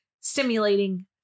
stimulating